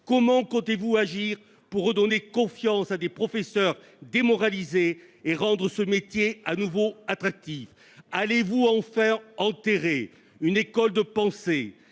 Comment comptez-vous agir pour redonner confiance à des professeurs démoralisés et rendre le métier de nouveau attractif ? Allez-vous enfin enterrer une école de pensée